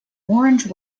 orange